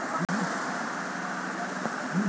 किस होटल में मसाला लोबस्टर सबसे अच्छा मिलता है?